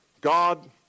God